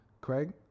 Craig